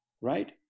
Right